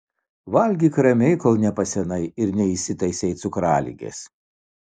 valgyk ramiai kol nepasenai ir neįsitaisei cukraligės